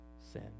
sin